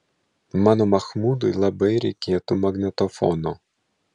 mano machmudui labai reikėtų magnetofono